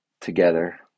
together